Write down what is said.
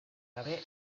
gabe